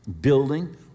building